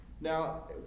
Now